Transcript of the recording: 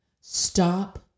Stop